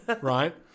right